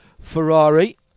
Ferrari